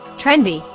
trendy,